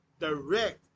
direct